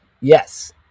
Yes